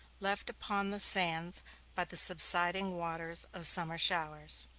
left upon the sands by the subsiding waters of summer showers.